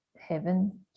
heaven